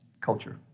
culture